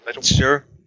sure